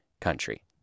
country